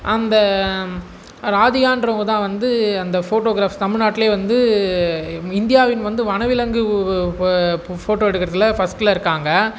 அந்த ராதிகான்றவங்க தான் வந்து அந்த ஃபோட்டோகிராஃப்ஸ் தமில்நாட்டிலேயே வந்து இந்தியாவின் வந்து வனவிலங்கு இப்போது ஃபோட்டோ எடுக்கிறதுல ஃபஸ்ட்ல இருக்காங்க